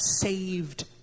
saved